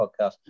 podcast